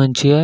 మంచిగా